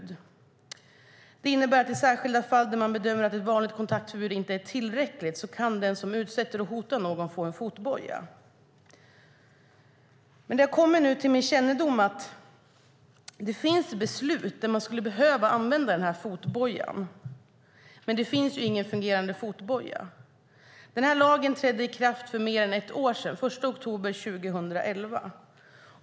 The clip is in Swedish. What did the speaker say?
Det innebär att den som utsätter någon för hot i särskilda fall, där man bedömer att ett vanligt kontaktförbud inte är tillräckligt, kan få en fotboja. Det har nu kommit till min kännedom att det finns beslut om fall där man skulle behöva använda denna fotboja men att det inte finns någon fungerande fotboja. Denna lag trädde i kraft för mer än ett år sedan - den 1 oktober 2011.